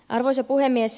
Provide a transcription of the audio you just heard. arvoisa puhemies